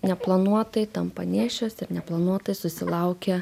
neplanuotai tampa nėščios ir neplanuotai susilaukia